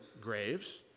graves